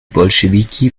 bolschewiki